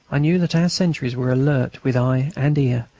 i knew that our sentries were alert with eye and ear,